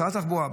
שרת התחבורה,